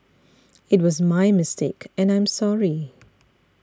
it was my mistake and I'm sorry